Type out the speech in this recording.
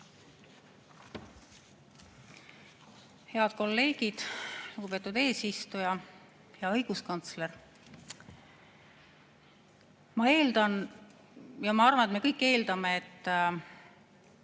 Head kolleegid! Lugupeetud eesistuja! Hea õiguskantsler! Ma eeldan – ja ma arvan, et me kõik eeldame –, et